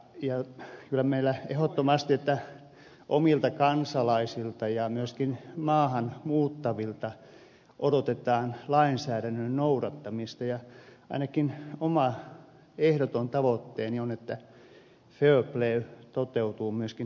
kyllä meillä ehdottomasti näiltä omilta kansalaisilta ja myöskin maahan muuttavilta odotetaan lainsäädännön noudattamista ja ainakin oma ehdoton tavoitteeni on että fair play toteutuu myöskin työmarkkinoilla